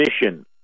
mission